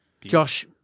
Josh